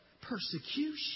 persecution